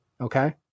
Okay